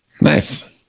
Nice